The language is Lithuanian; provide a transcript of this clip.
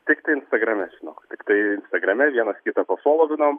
tiktai instagrame žinok tiktai instagrame vienas kitą pafolovinom